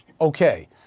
Okay